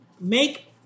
Make